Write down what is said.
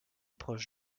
proche